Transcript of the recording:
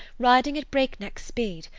riding at break-neck speed.